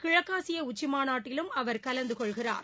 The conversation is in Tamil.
கிழக்காசிய உச்சிமாநாட்டிலும் அவர் கலந்துகொள்கிறார்